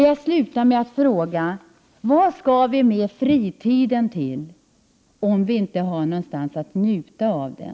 Jag frågar: Vad skall vi med fritiden till, om vi inte har någonstans att njuta av den?